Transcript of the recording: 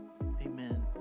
Amen